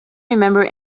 remember